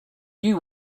you